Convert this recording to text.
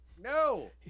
no